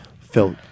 felt